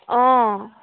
অঁ